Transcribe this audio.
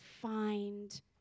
find